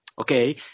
Okay